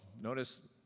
notice